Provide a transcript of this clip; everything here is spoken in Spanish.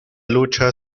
lucha